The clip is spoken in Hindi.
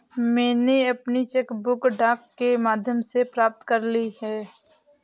मैनें अपनी चेक बुक डाक के माध्यम से प्राप्त कर ली है